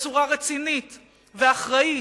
בצורה רצינית ואחראית,